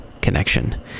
connection